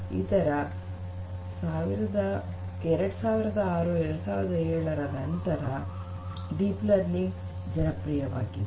ಇದರ ೨೦೦೬ ೨೦೦೭ ರ ನಂತರ ಡೀಪ್ ಲರ್ನಿಂಗ್ ಜನಪ್ರಿಯವಾಗಿದೆ